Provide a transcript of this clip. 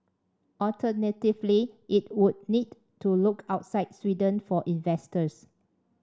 alternatively it would need to look outside Sweden for investors